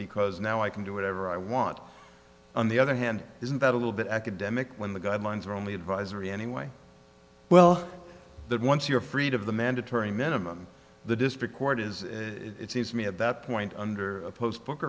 because now i can do whatever i want on the other hand isn't that a little bit academic when the guidelines are only advisory anyway well that once you're freed of the mandatory minimum the district court is it seems to me at that point under a post book